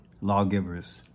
lawgivers